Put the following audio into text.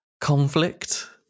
conflict